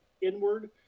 inward